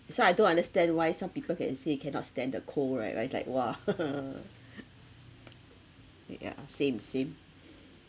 so I don't understand why some people cannot see cannot stand the cold right right is like !wah! y~ ya same same